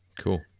cool